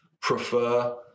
prefer